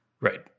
Right